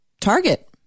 target